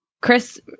Chris